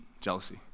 jealousy